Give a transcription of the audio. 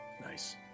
Nice